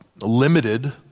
limited